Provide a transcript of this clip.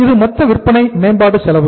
இது மொத்த விற்பனை மேம்பாடு செலவு